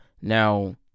Now